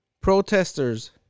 protesters